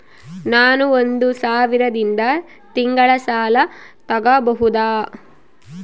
ನಾನು ಒಂದು ಸಾವಿರದಿಂದ ತಿಂಗಳ ಸಾಲ ತಗಬಹುದಾ?